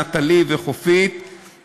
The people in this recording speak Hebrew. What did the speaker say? נטלי וחופית,